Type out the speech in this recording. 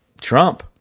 Trump